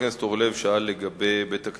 ב-3